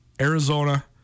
Arizona